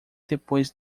depois